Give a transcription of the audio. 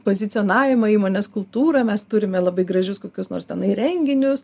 pozicionavimą įmonės kultūrą mes turime labai gražius kokios nors tenai renginius